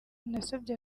nasabye